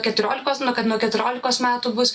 keturiolikos nu kad nuo keturiolikos metų bus